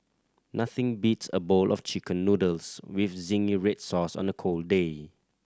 nothing beats a bowl of Chicken Noodles with zingy red sauce on a cold day